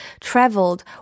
traveled